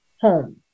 home